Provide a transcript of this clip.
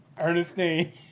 Ernestine